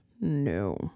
No